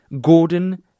Gordon